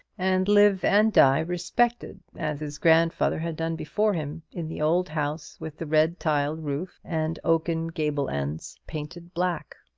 and live and die respected, as his grandfather had done before him, in the old house with the red-tiled roof and oaken gable-ends painted black.